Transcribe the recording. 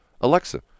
Alexa